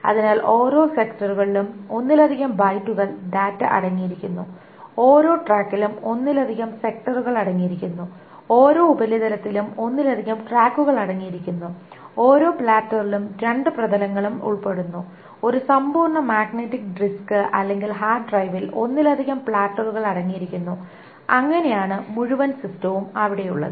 അതിനാൽ ഓരോ സെക്ടറുകളിലും ഒന്നിലധികം ബൈറ്റുകൾ ഡാറ്റ അടങ്ങിയിരിക്കുന്നു ഓരോ ട്രാക്കിലും ഒന്നിലധികം സെക്ടറുകൾ അടങ്ങിയിരിക്കുന്നു ഓരോ ഉപരിതലത്തിലും ഒന്നിലധികം ട്രാക്കുകൾ അടങ്ങിയിരിക്കുന്നു ഓരോ പ്ലാറ്ററിലും രണ്ട് പ്രതലങ്ങളും ഉൾപ്പെടുന്നു ഒരു സമ്പൂർണ്ണ മാഗ്നറ്റിക് ഡിസ്ക് അല്ലെങ്കിൽ ഹാർഡ് ഡ്രൈവിൽ ഒന്നിലധികം പ്ലാറ്ററുകൾ അടങ്ങിയിരിക്കുന്നു അങ്ങനെയാണ് മുഴുവൻ സിസ്റ്റവും അവിടെയുള്ളത്